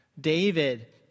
David